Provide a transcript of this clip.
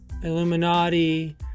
Illuminati